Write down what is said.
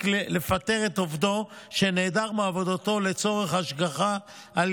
לפטר את עובדו שנעדר מעבודתו לצורך השגחה על